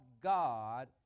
God